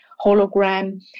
hologram